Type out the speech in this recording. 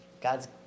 God's